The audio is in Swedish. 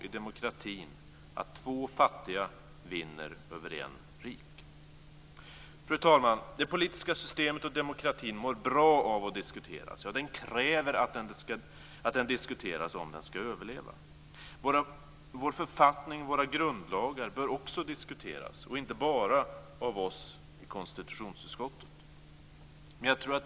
I demokratin vinner två fattiga över en rik. Fru talman! Det politiska systemet och demokratin mår bra av att diskuteras. Den kräver att den diskuteras om den ska överleva. Vår författning, våra grundlagar, bör också diskuteras, inte bara av oss i konstitutionsutskottet.